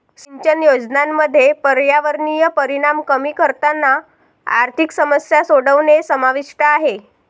सिंचन योजनांमध्ये पर्यावरणीय परिणाम कमी करताना आर्थिक समस्या सोडवणे समाविष्ट आहे